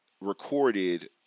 recorded